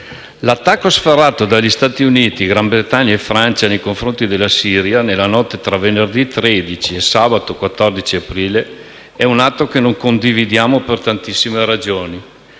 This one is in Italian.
l'attacco sferrato da Stati Uniti, Gran Bretagna e Francia nei confronti della Siria nella notte tra venerdì 13 e sabato 14 aprile è un atto che non condividiamo per tantissime ragioni.